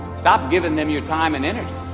stop giving them your time and energy.